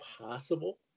possible